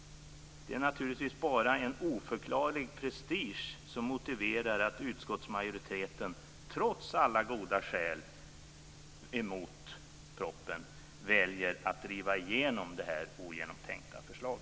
Det är naturligtvis bara en oförklarlig prestige som motiverar att utskottsmajoriteten trots alla goda skäl emot propositionen väljer att driva igenom detta ogenomtänkta förslag.